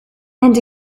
and